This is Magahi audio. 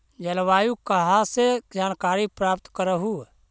जलवायु कहा से जानकारी प्राप्त करहू?